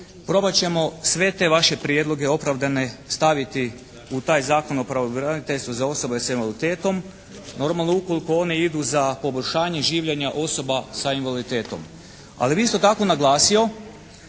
Probat ćemo sve te vaše prijedloge opravdane staviti u taj Zakon o pravobraniteljstvu za osobe s invaliditetom normalno ukoliko one idu za poboljšanje življenja osoba sa invaliditetom. Ali bih isto tako naglasio